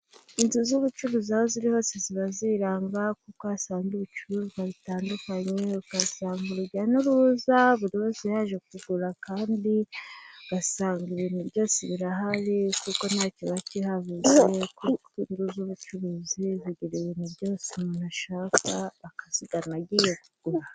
Inzu z'ubucuruzi aho ziri hose ziba ziranga kuko uhasanga ibicuruzwa bitandukanye, ugasanga urujya n'uruza buri wese yaje kugura kandi ugasanga ibintu byose birahari kuko nta kiba kihabuze kuko inzu z'ubucuruzi zigira ibintu byose umuntu ashaka akazigana agiye kugura.